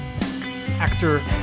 Actor